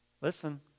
Listen